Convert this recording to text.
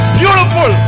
beautiful